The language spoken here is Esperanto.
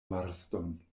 marston